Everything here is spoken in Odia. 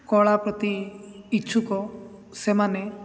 କଳା ପ୍ରତି ଇଚ୍ଛୁକ ସେମାନେ